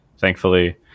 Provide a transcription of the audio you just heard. Thankfully